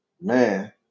Man